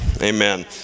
Amen